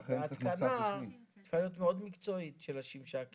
ההתקנה צריכה להיות מאוד מקצועית של השמשה הקדמית.